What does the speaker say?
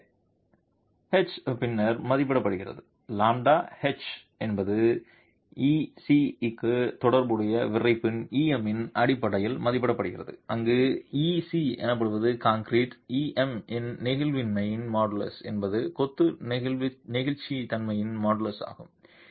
எனவே λh பின்னர் மதிப்பிடப்படுகிறது லாம்ப்டா h என்பது ec க்கு தொடர்புடைய விறைப்பின் E m இன் அடிப்படையில் மதிப்பிடப்படுகிறது அங்கு Ec என்பது கான்கிரீட் E m இன் நெகிழ்ச்சித்தன்மையின் மாடுலஸ் என்பது கொத்து நெகிழ்ச்சித்தன்மையின் மாடுலஸ் ஆகும்